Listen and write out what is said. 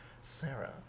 Sarah